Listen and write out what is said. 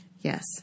Yes